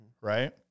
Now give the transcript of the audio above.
Right